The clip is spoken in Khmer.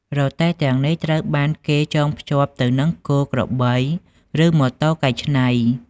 រទេះទាំងនេះត្រូវបានគេចងភ្ជាប់ទៅនឹងគោ ក្របី ឬម៉ូតូកែច្នៃ។